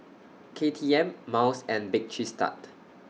K T M Miles and Bake Cheese Tart